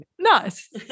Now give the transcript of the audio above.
Nice